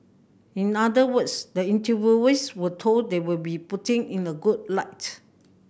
in other words the interviewees were told they will be putting in a good light